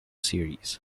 series